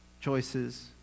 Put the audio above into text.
choices